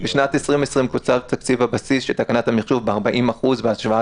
בשנת 2020 קוצץ תקציב הבסיס של תקנת המחשוב ב-40% בהשוואה